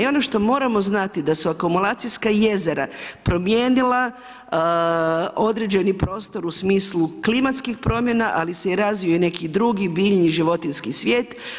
I ono što moramo znati, da su akumulacijska jezera promijenila određeni prostor u smislu klimatskih promjena ali se i razvio neki drugi biljni, životinjski svijet.